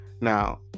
Now